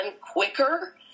quicker